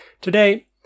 Today